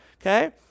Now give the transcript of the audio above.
okay